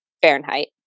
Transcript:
Fahrenheit